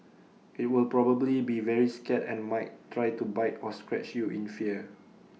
IT will probably be very scared and might try to bite or scratch you in fear